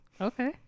okay